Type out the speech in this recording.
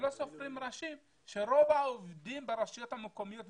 שלא סופרים ראשים שרוב העובדים ברשויות המקומיות,